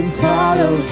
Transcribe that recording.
follow